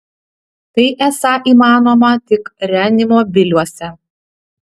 tai esą įmanoma tik reanimobiliuose